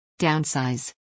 Downsize